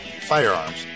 firearms